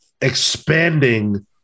expanding